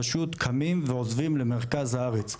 פשוט קמים ועוזבים למרכז הארץ.